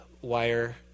wire